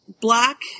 black